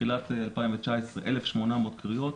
תחילת 2019 היו 1,800 קריאות,